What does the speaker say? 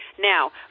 Now